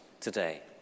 today